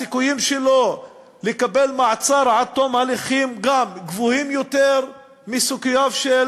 הסיכויים שלו לקבל מעצר עד תום ההליכים גבוהים מסיכוייו של